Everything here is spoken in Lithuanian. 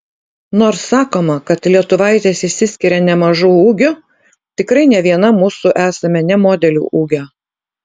nors sakoma kad lietuvaitės išsiskiria nemažu ūgiu tikrai ne viena mūsų esame ne modelių ūgio